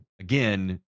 Again